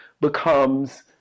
becomes